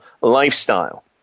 lifestyle